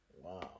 Wow